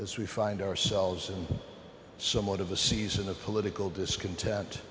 as we find ourselves in somewhat of a season of political discontent